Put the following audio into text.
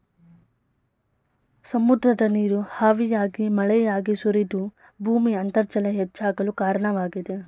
ಸಮುದ್ರದ ನೀರು ಹಾವಿಯಾಗಿ ಮಳೆಯಾಗಿ ಸುರಿದು ಭೂಮಿಯ ಅಂತರ್ಜಲ ಹೆಚ್ಚಾಗಲು ಕಾರಣವಾಗಿದೆ